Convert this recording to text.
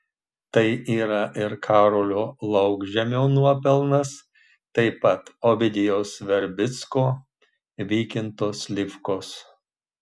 tai yra ir karolio laukžemio nuopelnas taip pat ovidijaus verbicko vykinto slivkos